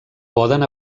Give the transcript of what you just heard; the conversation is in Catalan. poden